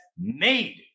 made